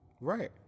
Right